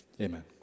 Amen